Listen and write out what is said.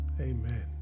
Amen